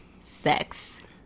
sex